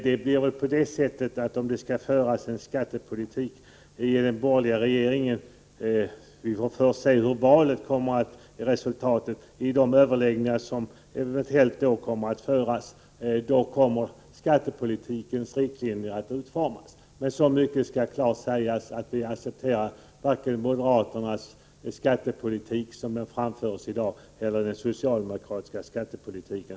Vi får först se hur valet går. Vid de borgerliga överläggningar som eventuellt kommer att föras skall riktlinjerna för skattepolitiken utformas. Så mycket är säkert att centerpartiet inte accepterar vare sig moderaternas skattepolitik, som den presenterats i dag, eller den socialdemokratiska skattepolitiken.